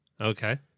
Okay